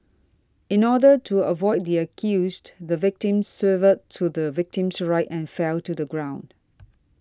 in order to avoid the accused the victim swerved to the victim's right and fell to the ground